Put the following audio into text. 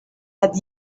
had